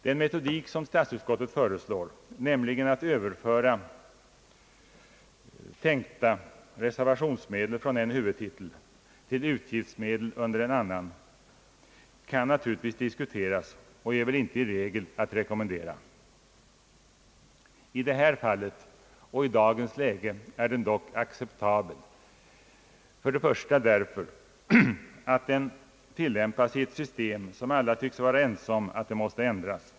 Den metodik som statsutskottet föreslår, nämligen att överföra tänkta reservationsmedel från en huvudtitel till utgiftsmedel under en annan, kan naturligtvis diskuteras och är väl inte i regel att rekommendera. I det här fallet och i dagens läge är den dock acceptabel, för det första därför att den tilllämpas i ett system beträffande vilket alla tycks vara ense om att det måste ändras.